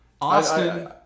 Austin